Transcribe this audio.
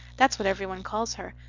that's what every one calls her.